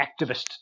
activist